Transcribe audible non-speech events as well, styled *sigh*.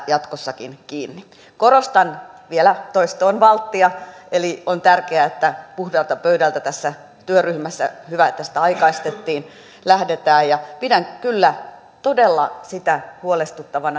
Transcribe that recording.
jatkossakin kiinni korostan vielä toisto on valttia on tärkeää että puhtaalta pöydältä tässä työryhmässä lähdetään hyvä että sitä aikaistettiin ja pidän kyllä todella sitä periaatetta huolestuttavana *unintelligible*